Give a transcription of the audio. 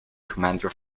commander